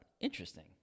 interesting